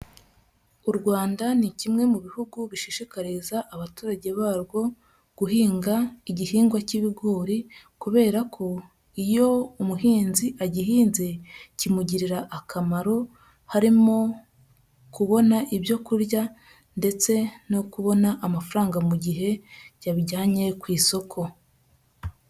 U Rwanda ni kimwe mu bihugu bishishikariza abaturage barwo, guhinga igihingwa cy'ibigori, kubera ko iyo umuhinzi agihinze, kimugirira akamaro harimo, kubona ibyo kurya, ndetse no kubona amafaranga mu gihe yabijyanye ku isoko.